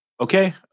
Okay